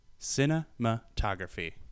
Cinematography